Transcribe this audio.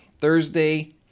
Thursday